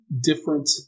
different